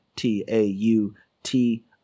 T-A-U-T